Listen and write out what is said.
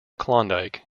klondike